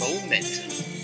Momentum